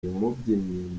umubyinnyi